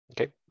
Okay